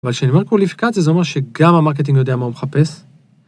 אבל כשאני אומר קווליפקציה זה אומר שגם המרקטינג יודע מה הוא מחפש